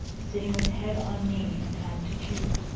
sitting with head on knee and hand to cheek.